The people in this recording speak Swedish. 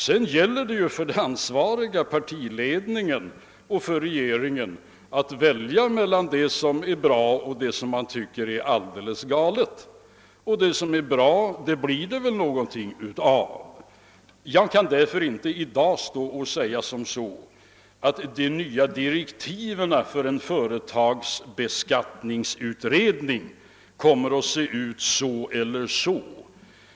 Sedan gäller det för den ansvariga partiledningen och för regeringen att skilja på det som är bra och det som är alldeles galet. Det som är bra blir det väl någonting av. Jag kan därför inte i dag säga, att direktiven för en ny företagsbeskattningsutredning kommer att se ut så eller så.